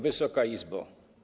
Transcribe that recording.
Wysoka Izbo!